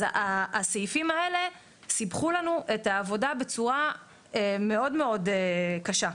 אז הסעיפים האלה סיבכו לנו את העבודה בצורה מאוד מאוד קשה,